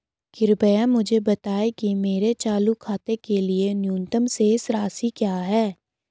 कृपया मुझे बताएं कि मेरे चालू खाते के लिए न्यूनतम शेष राशि क्या है?